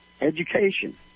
Education